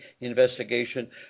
investigation